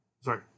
Sorry